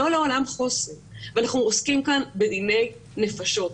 לא לעולם חוסן, ואנחנו עוסקים כאן בדיני נפשות.